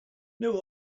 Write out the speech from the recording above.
know